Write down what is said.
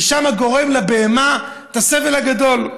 ששם נגרם לבהמה הסבל הגדול.